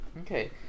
Okay